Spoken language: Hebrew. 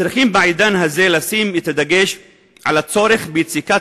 צריכים בעידן הזה לשים את הדגש על הצורך ביציקת